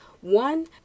One